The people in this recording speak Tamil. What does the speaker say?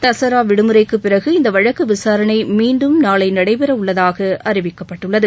தசரா விடுமுறைக்கு பிறகு இந்த வழக்கு விசாரணை மீண்டும் நாளை நடைபெறவுள்ளதாக அறிவிக்கப்பட்டுள்ளது